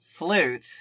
Flute